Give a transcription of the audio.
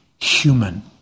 human